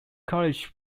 college